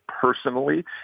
personally